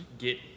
get